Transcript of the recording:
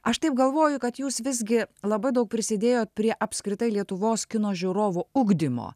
aš taip galvoju kad jūs visgi labai daug prisidėjo prie apskritai lietuvos kino žiūrovo ugdymo